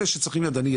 אלה שצריכים ידני,